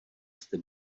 jste